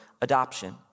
adoption